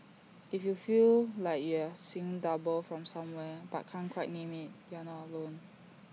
if you feel like you're seeing double from somewhere but can't quite name IT you're not alone